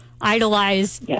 idolize